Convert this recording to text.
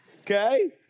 okay